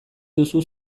duzu